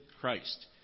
Christ